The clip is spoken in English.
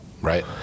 Right